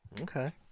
Okay